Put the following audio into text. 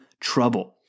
trouble